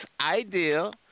ideal